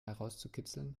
herauszukitzeln